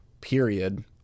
period